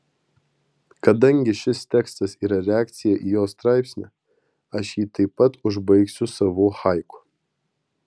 kadangi šis tekstas yra reakcija į jo straipsnį aš jį taip pat užbaigsiu savu haiku